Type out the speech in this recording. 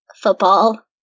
football